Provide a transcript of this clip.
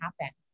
happen